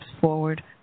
forward